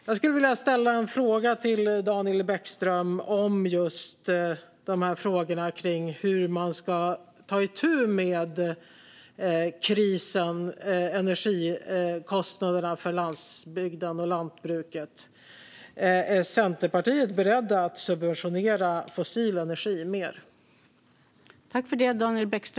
Jag skulle vilja ställa en fråga till Daniel Bäckström om just hur man ska ta itu med krisen med energikostnaderna för landsbygden och lantbruket. Är Centerpartiet berett att subventionera fossil energi mer?